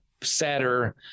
sadder